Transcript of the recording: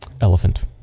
Elephant